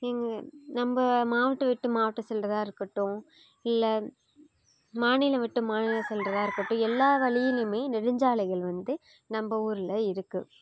எங்கள் நம்ம மாவட்டம் விட்டு மாவட்டம் செல்கிறதா இருக்கட்டும் இல்லை மாநிலம் விட்டு மாநிலம் செல்கிறதா இருக்கட்டும் எல்லா வழியிலேயுமே நெடுஞ்சாலைகள் வந்து நம்ம ஊரில் இருக்குது